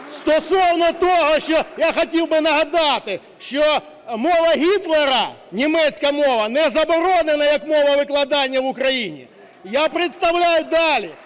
стосовно того, що я хотів би нагадати, що мова Гітлера – німецька мова – не заборонена як мова викладання в Україні. Я представляю...